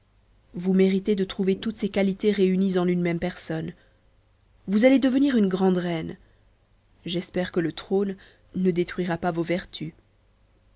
vous méritez de trouver toutes ces qualités réunies en une même personne vous allez devenir une grande reine j'espère que le trône ne détruira pas vos vertus